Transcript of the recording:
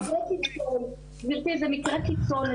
גברתי זה מקרה קיצון,